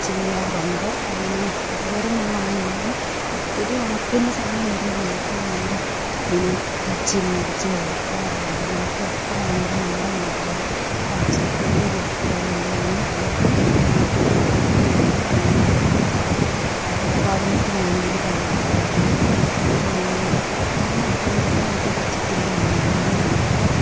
ചെയ്യാറുണ്ട് അങ്ങനെ ഇതുവരെ ഞങ്ങൾ അങ്ങനെ അങ്ങനെ ഒത്തിരി ഉണക്കിന്റെ സമയം വരുമ്പം മാത്രമേ ഞങ്ങൾ ഇങ്ങനെ കച്ചി മേടിച്ച് കൊടുക്കാറുള്ളു നമ്മൾക്ക് എപ്പളാണേലും നമ്മുടെ നാട്ടിലുള്ള പച്ചപ്പുല്ല് കൊടുത്ത് കഴിയുമ്പോളാണ് അവര്ക്ക് ഒരു മൃഗങ്ങള്ക്ക് നല്ലതുമാണ് അവര്ക്ക് പാൽ ഉത്പാദനത്തിനാണെങ്കിൽ എല്ലാ കാര്യങ്ങള്ക്കും നമ്മൾക്ക് കിട്ടാൻ ഉള്ളത് പച്ചപ്പുല്ല് തന്നെയാണ് അതുകൊണ്ട് ഞങ്ങളുടെ അവിടെയൊക്കെ